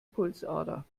pulsader